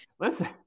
Listen